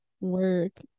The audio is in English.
Work